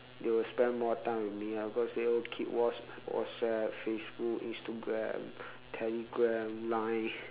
they will spend more time with me ah because they all keep watch whatsapp facebook instagram telegram line